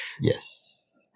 Yes